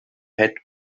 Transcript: had